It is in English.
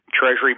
treasury